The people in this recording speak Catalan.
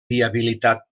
viabilitat